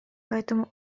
поэтому